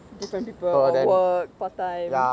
different people or work part time